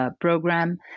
Program